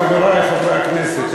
חברי חברי הכנסת,